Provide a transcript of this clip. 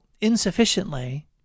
insufficiently